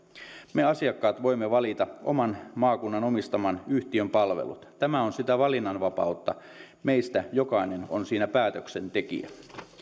me asiakkaat voimme valita oman maakunnan omistaman yhtiön palvelut tämä on sitä valinnanvapautta meistä jokainen on siinä päätöksentekijä